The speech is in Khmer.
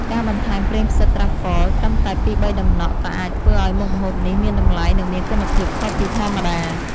ការបន្ថែមប្រេងផ្សិតត្រាហ្វហ្វល (Truffle) ត្រឹមតែពីរបីតំណក់ក៏អាចធ្វើឱ្យមុខម្ហូបនេះមានតម្លៃនិងមានគុណភាពខុសពីធម្មតា។